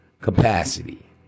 capacity